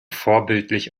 vorbildlich